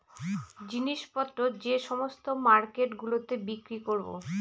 জিনিস পত্র যে সমস্ত মার্কেট গুলোতে বিক্রি করবো